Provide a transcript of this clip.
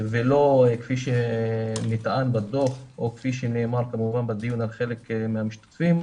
ולא כפי שנטען בדוח או כפי שנאמר כמובן בדיון על ידי חלק מהמשתתפים.